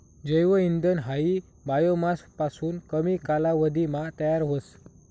जैव इंधन हायी बायोमास पासून कमी कालावधीमा तयार व्हस